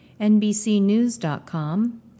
NBCnews.com